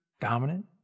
dominant